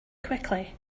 quickly